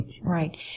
Right